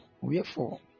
wherefore